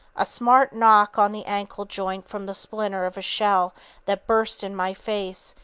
a smart knock on the ankle joint from the splinter of a shell that burst in my face,